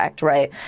Right